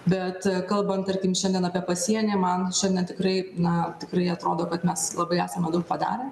bet kalbant tarkim šiandien apie pasienį man šiandien tikrai na tikrai atrodo kad mes labai esame daug padarę